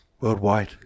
Worldwide